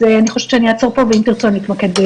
אני חושבת שאני אעצור פה, ואם תרצו אני אתמקד.